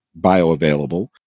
bioavailable